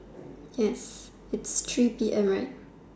yes it's three P_M right